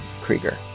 Krieger